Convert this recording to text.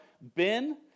Ben